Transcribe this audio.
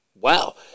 Wow